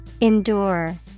Endure